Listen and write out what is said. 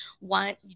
want